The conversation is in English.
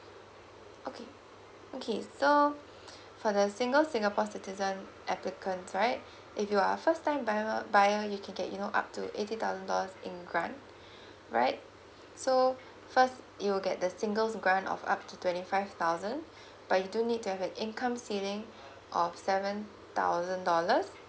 okay okay so for the single singapore citizen applicants right if you are first time buy~ buyer you can get you know up to eighty thousand dollars in grant right so first you will get the singles grant of up to twenty five thousand but you do need to have an income ceiling of seven thousand dollars